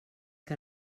que